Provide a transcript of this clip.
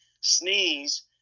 sneeze